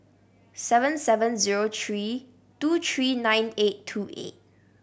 seven seven zero three two three nine eight two eight